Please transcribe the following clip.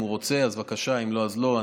אם הוא רוצה אז בבקשה, אם לא אז לא.